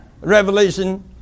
Revelation